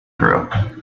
through